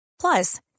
Plus